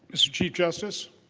mr. chief justice